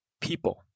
people